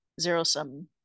zero-sum